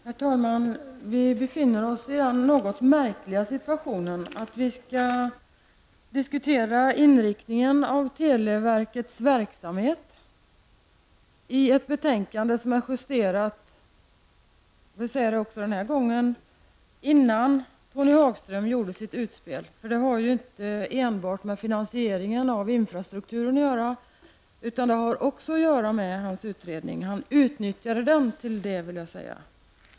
Herr talman! Vi befinner oss i den något märkliga situationen att vi skall diskutera inriktningen av televerkets verksamhet på grundval av ett betänkande som är justerat -- det säger jag också den här gången -- innan Tony Hagström gjorde sitt utspel. Det har ju inte enbart att göra med finansieringen av infrastrukturen, utan det har också att göra med hans utredning; han utnyttjade den till det, skulle jag vilja påstå.